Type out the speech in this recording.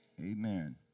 amen